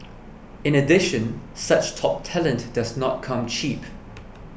in addition such top talent does not come cheap